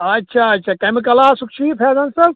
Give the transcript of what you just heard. اچھا اچھا کمہِ کلاسُک چھُ یہِ فیضان صٲب